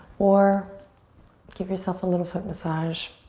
or give yourself a little foot massage.